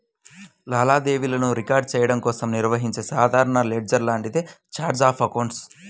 లావాదేవీలను రికార్డ్ చెయ్యడం కోసం నిర్వహించే సాధారణ లెడ్జర్ లాంటిదే ఛార్ట్ ఆఫ్ అకౌంట్స్